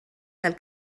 del